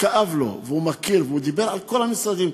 כאב לו, והוא מכיר, והוא דיבר על כל המשרדים.